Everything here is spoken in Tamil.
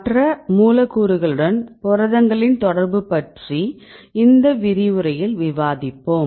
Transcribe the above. மற்ற மூலக்கூறுகளுடன் புரதங்களின் தொடர்பு பற்றி இந்த விரிவுரையில் விவாதிப்போம்